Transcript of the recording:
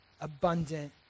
abundant